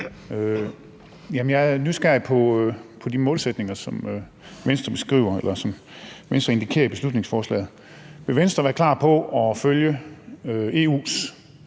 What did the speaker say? Jeg er nysgerrig på de målsætninger, som Venstre indikerer i beslutningsforslaget. Vil Venstre være klar på at følge EU's